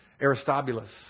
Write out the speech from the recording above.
Aristobulus